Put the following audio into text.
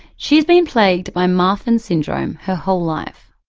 she has been plagued by marfan's syndrome her whole life.